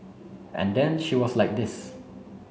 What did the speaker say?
and then she was like this